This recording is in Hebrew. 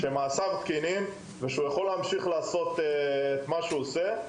לכך שמעשיו תקינים ושהוא יכול להמשיך לעשות את מה שהוא עושה.